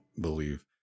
believe